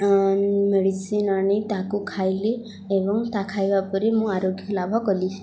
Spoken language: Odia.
ମେଡ଼ିସିନ୍ ଆଣି ତାକୁ ଖାଇଲି ଏବଂ ତା ଖାଇବା ପରେ ମୁଁ ଆରୋଗ୍ୟ ଲାଭ କଲି